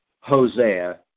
Hosea